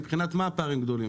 מבחינת מה הפערים גדולים?